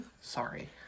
Sorry